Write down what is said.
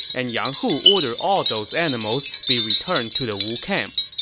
and yang hu ordered all those animals be returned to the wu camp.